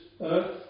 earth